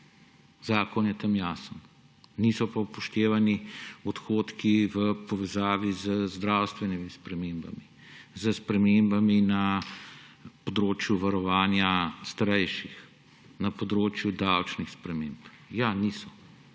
Zakon je tam jasen, niso pa upoštevani odhodki v povezavi z zdravstvenimi spremembami, s spremembami na področju varovanja starejših, na področju davčnih sprememb. Ja, niso.